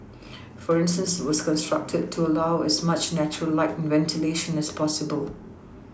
for instance it was constructed to allow as much natural light and ventilation as possible